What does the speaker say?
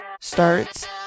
starts